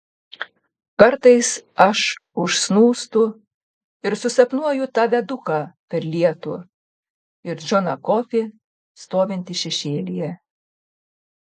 kartais aš užsnūstu ir susapnuoju tą viaduką per lietų ir džoną kofį stovintį šešėlyje